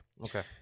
Okay